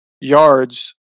yards